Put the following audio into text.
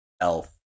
elf